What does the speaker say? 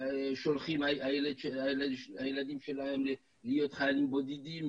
שולחים את הילדים שלהם להיות חיילים בודדים,